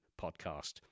Podcast